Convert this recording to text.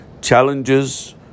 Challenges